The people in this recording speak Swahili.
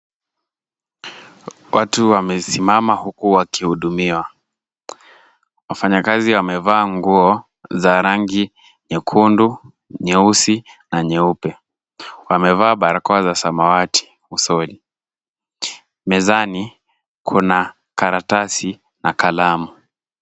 Watu wamesimama huku wakihudumiwa. Wafanyakazi wamevaa nguo za rangi nyekundu, nyeusi na nyeupe. Wamevaa barakoa za samawati usoni. Mezani kuna karatasi na kalamu.